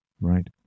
Right